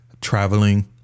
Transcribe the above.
Traveling